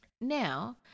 now